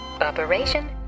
Operation